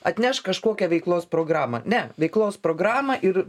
atneš kažkokią veiklos programą ne veiklos programą ir